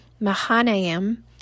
Mahanaim